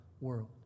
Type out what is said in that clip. world